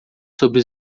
sobre